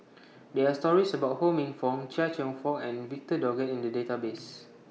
There Are stories about Ho Minfong Chia Cheong Fook and Victor Doggett in The Database